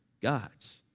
gods